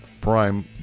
Prime